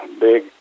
big